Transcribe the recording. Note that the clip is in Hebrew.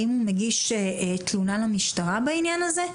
האם מגיש תלונה למשטרה בעניין הזה?